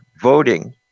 voting